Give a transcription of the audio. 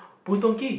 Boon-Tong-Kee